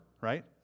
right